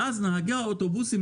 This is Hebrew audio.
נהגי האוטובוסים